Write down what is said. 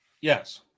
Yes